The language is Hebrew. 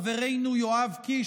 חברנו יואב קיש,